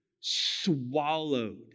swallowed